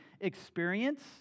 experience